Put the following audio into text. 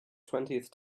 twentieth